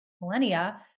millennia